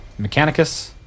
Mechanicus